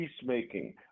peacemaking